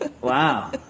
wow